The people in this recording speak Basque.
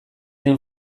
den